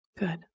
good